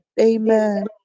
Amen